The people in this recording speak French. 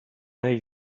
oeil